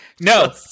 no